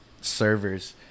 servers